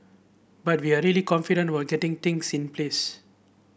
but we're really confident were getting things in place